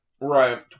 Right